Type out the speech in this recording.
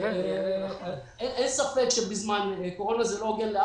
אין ספק שבזמן קורונה זה לא הוגן כלפי